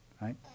right